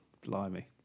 blimey